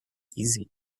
easy